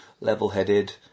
level-headed